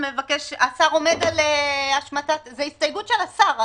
זו הסתייגות של השר.